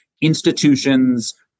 institutions